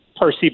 Percy